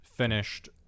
finished